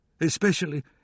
especially